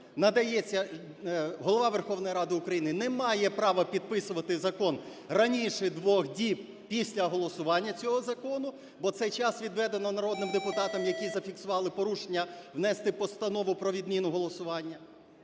надається… Голова Верховної Ради України не має права підписувати закон раніше двох діб після голосування цього закону, бо цей час відведено народним депутатам, які зафіксували порушення, внести постанову про відміну голосування.